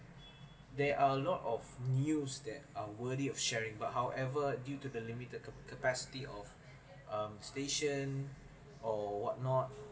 there are a lot of news that are worthy of sharing but however due to the limited cap~ capacity of um station or what not